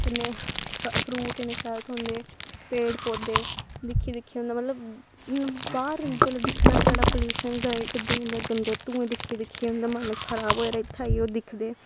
कन्नै फ्रूट इन्ने शैल थ्होंदे पेड़ पौधे दिक्खी दिक्खी उंदे मतलव बाह्र जिसलै दिक्खना छड़ा पलूशन गड्डियें दे गंदे धुएं दिक्खी दिक्खियै उंदा मन खराब होए दा इत्थें आइयै दिखदे